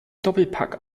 doppelpack